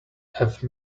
have